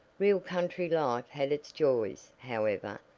real country life had its joys, however,